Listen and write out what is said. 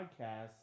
podcast